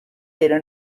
pero